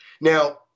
Now